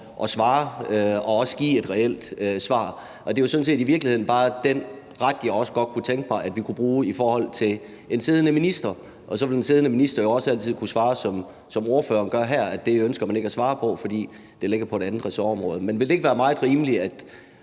at svare og også give et reelt svar. Og det var sådan set i virkeligheden også bare den ret, jeg godt kunne tænke mig at vi kunne bruge i forhold til en siddende minister, og så vil den siddende minister jo også altid kunne svare, som ordføreren gør her, altså at det ønsker man ikke at svare på, fordi det ligger på et andet ressortområde. Men ville det ikke være meget rimeligt,